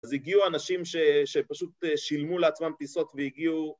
אז הגיעו אנשים שפשוט שילמו לעצמם פיסות והגיעו...